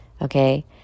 okay